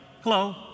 hello